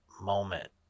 moment